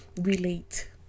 relate